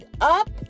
up